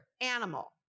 animal